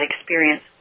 experience